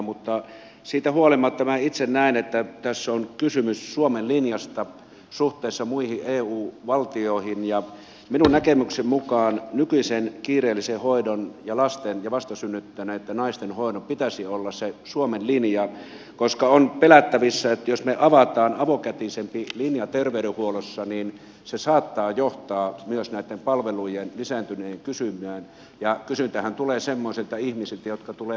mutta siitä huolimatta minä itse näen että tässä on kysymys suomen linjasta suhteessa muihin eu valtioihin ja minun näkemykseni mukaan nykyisen kiireellisen hoidon ja lasten ja vastasynnyttäneitten naisten hoidon pitäisi olla se suomen linja koska on pelättävissä että jos me avaamme avokätisemmän linjan terveydenhuollossa se saattaa johtaa myös näitten palvelujen lisääntyvään kysyntään ja kysyntähän tulee semmoisilta ihmisiltä jotka tulevat laittomasti maahan